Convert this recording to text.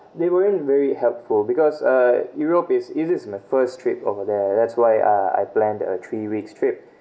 they weren't very helpful because uh europe is this is my first trip over there that's why uh I planned a three weeks trip